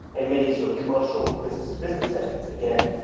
in many sort of commercial business-to-business settings, again,